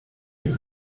mir